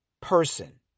person